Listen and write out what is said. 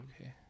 Okay